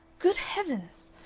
good heavens!